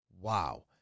Wow